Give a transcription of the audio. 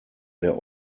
der